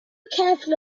careful